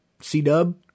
C-dub